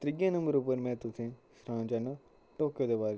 ते त्रियै नंबर में तुसेंगी सनाना चाह्न्नां टोक्यो दे बारै च